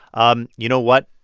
um you know what?